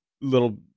little